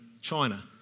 China